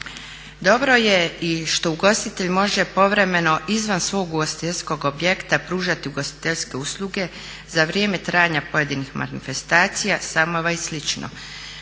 Dobro je i što ugostitelj može povremeno izvan svog ugostiteljskog objekta pružati ugostiteljske usluge za vrijeme trajanja pojedinih manifestacija, sajmova i